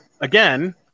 Again